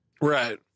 right